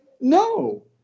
no